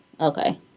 Okay